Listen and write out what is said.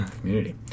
community